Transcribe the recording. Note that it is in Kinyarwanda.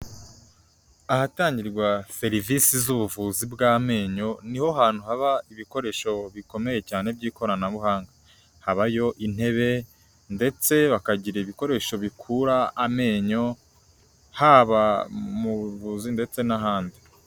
Ahatangirwa serivisi z'ubuvuzi bw'amenyo, niho hantu haba ibikoresho bikomeye cyane by'ikoranabuhanga, habayo intebe ndetse bakagira ibikoresho bikura amenyo, haba mu buvuzi ndetse n'ahandi.